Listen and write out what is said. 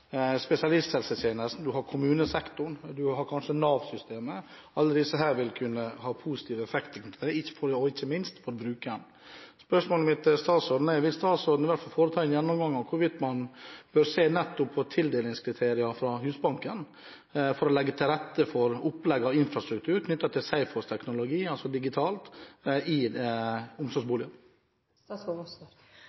spesialisthelsetjenesten, man har kommunesektoren, man har kanskje Nav-systemet. Alle disse etatene ville kunne ha positiv effekt av det, ikke minst brukeren. Spørsmålet mitt til statsråden er: Vil statsråden foreta en gjennomgang av hvorvidt man bør se på tildelingskriterier fra Husbanken for å legge til rette for opplegg av infrastruktur knyttet til Safe House-teknologi – altså digitalt – i